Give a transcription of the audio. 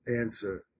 answer